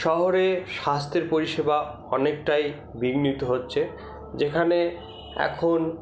শহরে স্বাস্থ্যের পরিষেবা অনেকটাই বিঘ্নিত হচ্ছে যেখানে এখন